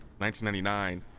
1999